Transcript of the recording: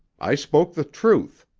i spoke the truth,